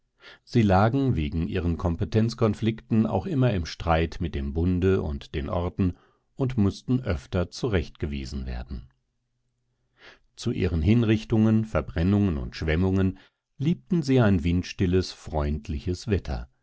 sie lagen wegen ihren kompetenzkonflikten auch immer im streit mit dem bunde und den orten und mußten öfter zurechtgewiesen werden zu ihren hinrichtungen verbrennungen und schwemmungen liebten sie ein windstilles freundliches wetter